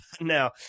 now